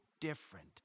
different